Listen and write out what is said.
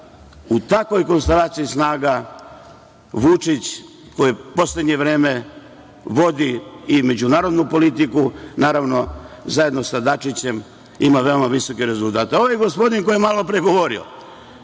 U takvoj konstelaciji snaga Vučić, koji u poslednje vreme vodi i međunarodnu politiku, naravno, zajedno sa Dačićem, ima veoma visoke rezultate. Ovaj gospodin koji je malopre govorio